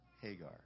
Hagar